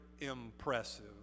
impressive